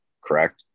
correct